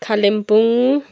Kalimpong